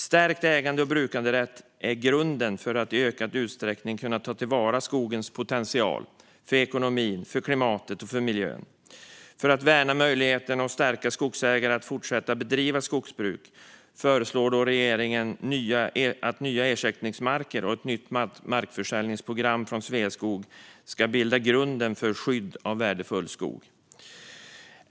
Stärkt ägande och brukanderätt är grunden för att i ökad utsträckning kunna ta till vara skogens potential för ekonomin, klimatet och miljön. För att värna möjligheten att stärka skogsägare att fortsätta bedriva skogsbruk föreslår regeringen att nya ersättningsmarker och ett nytt markförsäljningsprogram från Sveaskog ska bilda grunden för skydd av värdefull skog.